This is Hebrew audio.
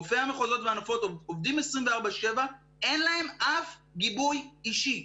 רופאי המחוזות והנפות עובדים 24/7. אין להם אף גיבוי אישי.